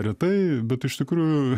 retai bet iš tikrųjų